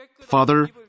Father